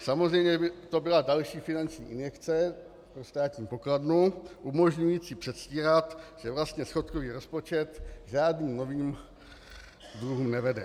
Samozřejmě, že by to byla další finanční injekce pro státní pokladnu umožňující předstírat, že vlastně schodkový rozpočet k žádným novým dluhům nevede.